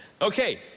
Okay